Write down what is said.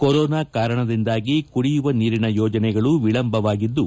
corona ಕಾರಣದಿಂದಾಗಿ ಕುಡಿಯುವ ನೀರಿನ ಯೋಜನೆಗಳು ವಿಳಂಬವಾಗಿದ್ದು